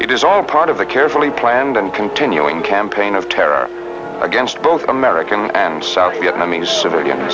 it is all part of a carefully planned and continuing campaign of terror against both american and south vietnamese civilians